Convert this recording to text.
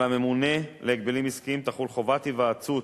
על הממונה להגבלים עסקיים תחול חובת היוועצות